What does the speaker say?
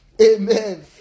Amen